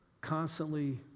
constantly